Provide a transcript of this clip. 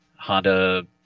honda